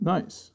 Nice